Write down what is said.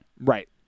Right